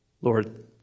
Lord